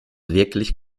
wirklich